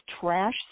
trash